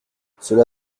cela